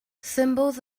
symbols